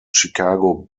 chicago